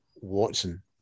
Watson